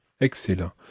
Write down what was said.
Excellent